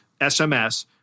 SMS